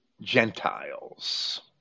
Gentiles